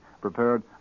prepared